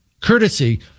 courtesy